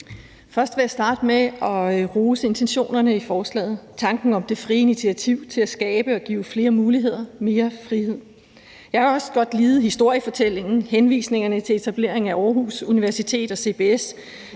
Jeg vil starte med at rose intentionerne i forslaget: tanken om det frie initiativ til at skabe og give flere muligheder og mere frihed. Jeg kan også godt lide historiefortællingen med henvisningerne til etableringen af Aarhus Universitet og CBS,